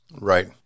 Right